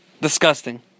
Disgusting